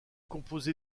composée